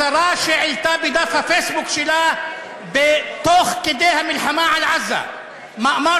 השרה שהעלתה בדף הפייסבוק שלה תוך כדי המלחמה על עזה מאמר